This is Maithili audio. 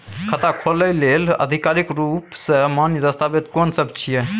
खाता खोले लेल आधिकारिक रूप स मान्य दस्तावेज कोन सब छिए?